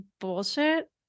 bullshit